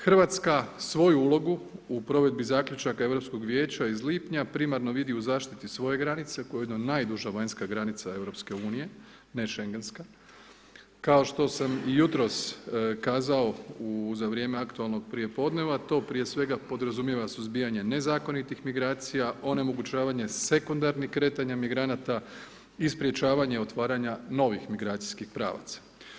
Hrvatska svoju ulogu u provedbi zaključaka Europskog vijeća iz lipnja primarno vidi u zaštiti svoje granice koja je ujedno najduža vanjska granica Europske unije, ne Šengenska kao što sam jutros kazao za vrijeme aktualnog prijepodneva to prije svega podrazumijeva suzbijanje nezakonitih migracija onemogućavanje sekundarnih kretanja migranata i sprječavanje otvaranja novih migracijskih pravaca.